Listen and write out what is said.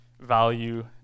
value